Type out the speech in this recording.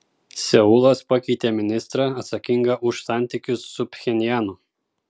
seulas pakeitė ministrą atsakingą už santykius su pchenjanu